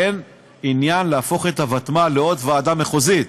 אין עניין להפוך את הוותמ"ל לעוד ועדה מחוזית,